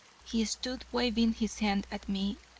he stood waving his hand at me,